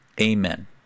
Amen